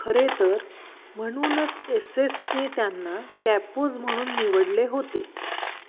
खरेतर म्हणूनच एस एसने त्यांना कॅपोज म्हणून निवडले होते